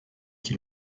qui